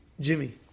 Jimmy